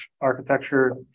architecture